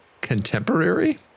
contemporary